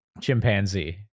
chimpanzee